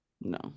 No